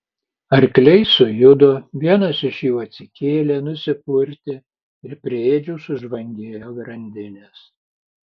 arkliai sujudo vienas iš jų atsikėlė nusipurtė ir prie ėdžių sužvangėjo grandinės